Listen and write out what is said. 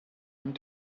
and